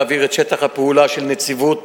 להעביר את שטח הפעולה של נציבות